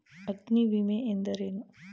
ಅಗ್ನಿವಿಮೆ ಎಂದರೇನು?